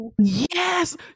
yes